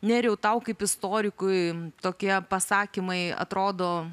nerijau tau kaip istorikui tokie pasakymai atrodo